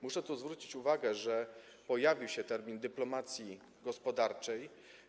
Muszę tu zwrócić uwagę, że pojawił się termin dyplomacji gospodarczej.